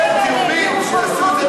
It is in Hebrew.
לפני כן הם העבירו חוק ביטוח לאומי.